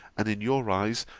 and in your eyes,